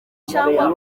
cyangwa